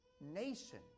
nation